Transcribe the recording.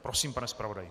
Prosím, pane zpravodaji.